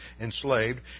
enslaved